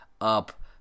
up